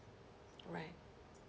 alright